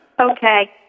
Okay